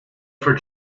for